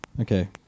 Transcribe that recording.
Okay